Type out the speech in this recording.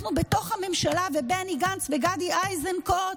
אנחנו בתוך הממשלה ובני גנץ וגדי איזנקוט,